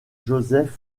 joseph